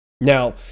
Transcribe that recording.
Now